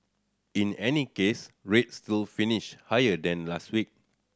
in any case rates still finished higher than last week